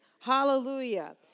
Hallelujah